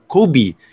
Kobe